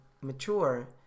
mature